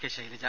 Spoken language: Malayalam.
കെ ശൈലജ